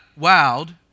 wowed